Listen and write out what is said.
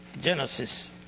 Genesis